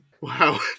Wow